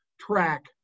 track